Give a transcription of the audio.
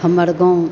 हमर गाँव